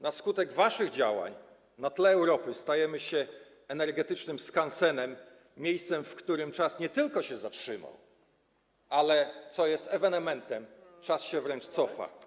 Na skutek waszych działań na tle Europy stajemy się energetycznym skansenem, miejscem, w którym czas nie tylko się zatrzymał, ale, co jest ewenementem, wręcz się cofa.